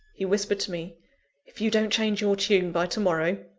he whispered to me if you don't change your tone by to-morrow!